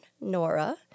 Nora